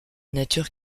nature